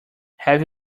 have